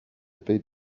feed